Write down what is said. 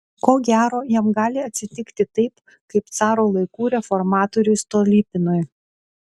ko gero jam gali atsitikti taip kaip caro laikų reformatoriui stolypinui